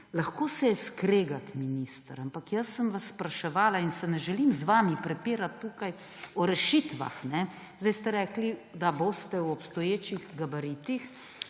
Lahko se je skregati, minister, ampak jaz sem vas spraševala in se ne želim z vami prepirati tukaj o rešitvah. Zdaj ste rekli, da se boste v obstoječih gabaritih